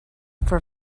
for